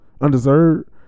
undeserved